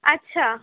আচ্ছা